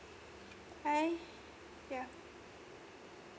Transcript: hi yeah